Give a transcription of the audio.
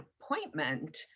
appointment